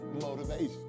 motivation